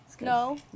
No